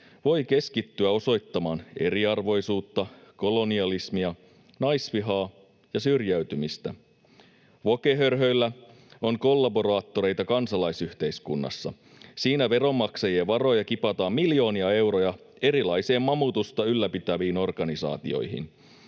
voi keskittyä osoittamaan eriarvoisuutta, kolonialismia, naisvihaa ja syrjäytymistä. Woke-hörhöillä on kollaboraattoreita kansalaisyhteiskunnassa. Siinä veronmaksajien varoja kipataan miljoonia euroja erilaisiin mamutusta ylläpitäviin organisaatioihin.